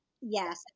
yes